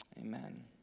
Amen